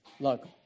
Look